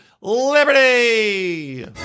liberty